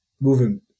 moving